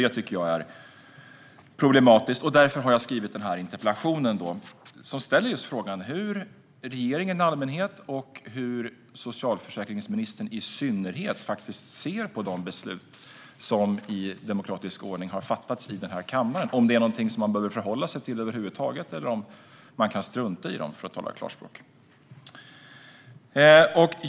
Detta tycker jag är problematiskt, och därför har jag skrivit den här interpellationen, som ställer frågan hur regeringen i allmänhet och socialförsäkringsministern i synnerhet ser på de beslut som i demokratisk ordning har fattats i den här kammaren. Är det någonting man behöver förhålla sig över huvud taget, eller kan man strunta i dem, för att tala klarspråk?